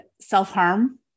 self-harm